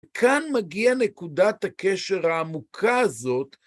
כאן מגיע נקודת הקשר העמוקה הזאת.